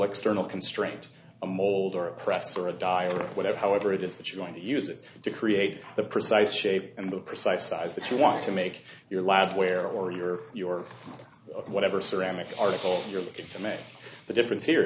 external constraint a mold or oppressor a dial or whatever however it is that you're going to use it to create the precise shape and the precise size that you want to make your lab where or you're your whatever ceramic article you're looking for made the difference here